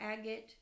agate